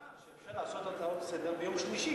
יש לי הצעה: אפשר לעשות הצעות לסדר-היום ביום שלישי,